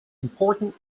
important